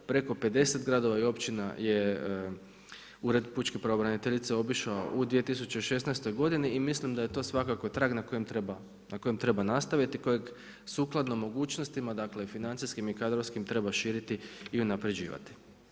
Preko 50 gradova i općina je Ured pučke pravobraniteljice obišao u 2016. godini i mislim da je to svakako trag na kojem treba nastaviti i kojeg sukladno mogućnostima dakle financijskim i kadrovskim treba širiti i unapređivati.